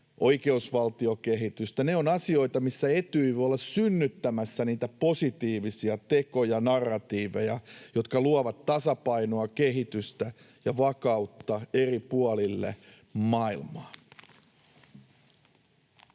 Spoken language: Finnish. oikeusvaltiokehitystä. Ne ovat asioita, missä Etyj voi olla synnyttämässä niitä positiivisia tekoja, narratiiveja, jotka luovat tasapainoa, kehitystä ja vakautta eri puolille maailmaa.